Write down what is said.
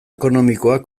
ekonomikoa